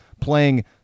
playing